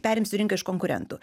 perimsiu rinką iš konkurentų